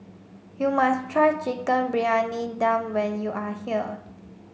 you must try chicken Briyani Dum when you are here